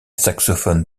saxophone